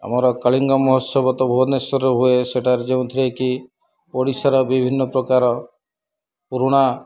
ଆମର କଳିଙ୍ଗ ମହୋତ୍ସବ ତ ଭୁବନେଶ୍ୱରରେ ହୁଏ ସେଠାରେ ଯେଉଁଥିରେକି ଓଡ଼ିଶାର ବିଭିନ୍ନ ପ୍ରକାର ପୁରୁଣା